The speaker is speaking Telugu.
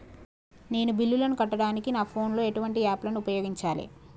నేను బిల్లులను కట్టడానికి నా ఫోన్ లో ఎటువంటి యాప్ లను ఉపయోగించాలే?